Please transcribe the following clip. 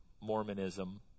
Mormonism